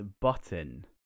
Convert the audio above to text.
button